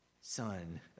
son